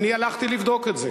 אני הלכתי לבדוק את זה.